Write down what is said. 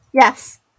Yes